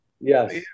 Yes